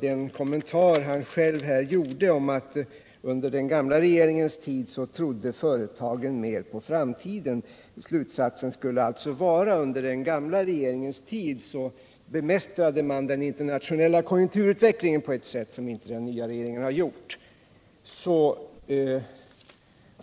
den kommentar han själv här gjorde, nämligen att företagen trodde mer på framtiden under den gamla regeringens tid. Slutsatsen skulle alltså vara: Under den gamla regeringens tid bemästrade man den internationella konjunkturutvecklingen på ett sätt som inte den nya regeringen gjort.